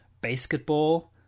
Basketball